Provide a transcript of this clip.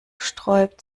sträubt